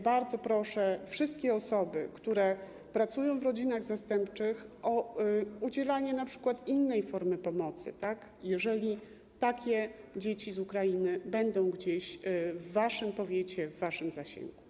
Bardzo proszę jednak wszystkie osoby, które pracują w rodzinach zastępczych, o udzielanie np. innej formy pomocy, jeżeli takie dzieci z Ukrainy będą gdzieś w waszym powiecie, w waszym zasięgu.